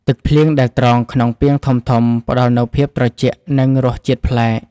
ទឹកភ្លៀងដែលត្រងក្នុងពាងធំៗ ផ្ដល់នូវភាពត្រជាក់ និងរសជាតិប្លែក។